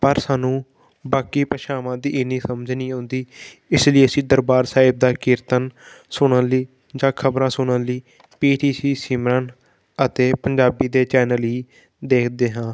ਪਰ ਸਾਨੂੰ ਬਾਕੀ ਭਾਸ਼ਾਵਾਂ ਦੀ ਇੰਨੀ ਸਮਝ ਨਹੀਂ ਆਉਂਦੀ ਇਸ ਲਈ ਅਸੀਂ ਦਰਬਾਰ ਸਾਹਿਬ ਦਾ ਕੀਰਤਨ ਸੁਣਨ ਲਈ ਜਾਂ ਖਬਰਾਂ ਸੁਣਨ ਲਈ ਪੀ ਟੀ ਸੀ ਸਿਮਰਨ ਅਤੇ ਪੰਜਾਬੀ ਦੇ ਚੈਨਲ ਹੀ ਦੇਖਦੇ ਹਾਂ